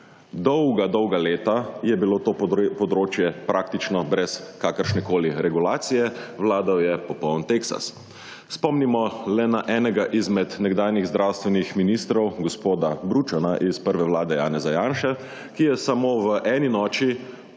Dolga, dolga leta je bilo to področje praktično brez kakršnekoli regulacije, vladal je popoln teksas. Spomnimo le na enega izmed nekdanjih zdravstvenih ministrov gospoda Bručana iz prve Vlade Janeza Janše, ki je samo v eni noči